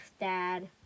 Dad